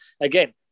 again